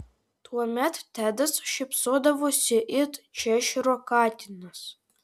tuomet tedas šypsodavosi it češyro katinas